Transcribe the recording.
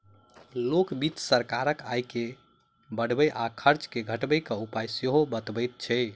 लोक वित्त सरकारक आय के बढ़बय आ खर्च के घटबय के उपाय सेहो बतबैत छै